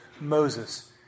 moses